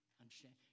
Understand